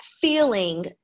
feeling